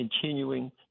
Continuing